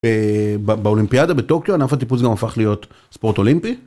באולימפיאדה בטוקיו ענף הטיפוס גם הפך להיות ספורט אולימפי.